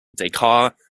descartes